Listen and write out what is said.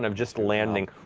um just landing